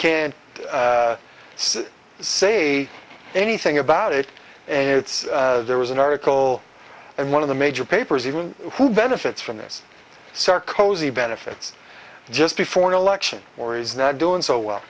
see say anything about it and it's there was an article and one of the major papers even who benefits from this star cozy benefits just before an election or is not doing so well